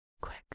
quick